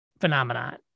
phenomenon